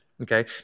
Okay